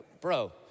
bro